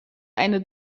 eine